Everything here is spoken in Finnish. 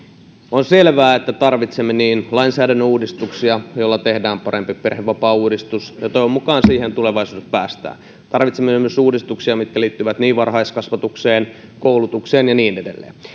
on selvää että tarvitsemme lainsäädännön uudistuksia joilla tehdään parempi perhevapaauudistus ja toivon mukaan siihen tulevaisuudessa päästään tarvitsemme myös uudistuksia mitkä liittyvät varhaiskasvatukseen koulutukseen ja niin edelleen